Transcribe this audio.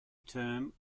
term